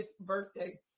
birthday